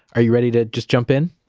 are you ready to just jump in?